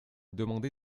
demandé